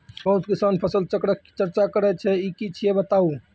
बहुत किसान फसल चक्रक चर्चा करै छै ई की छियै बताऊ?